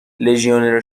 لژیونر